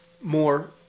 more